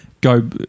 go